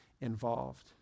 involved